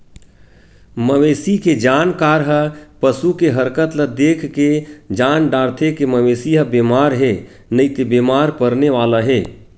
मवेशी के जानकार ह पसू के हरकत ल देखके जान डारथे के मवेशी ह बेमार हे नइते बेमार परने वाला हे